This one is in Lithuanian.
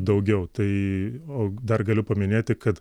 daugiau tai o dar galiu paminėti kad